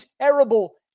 terrible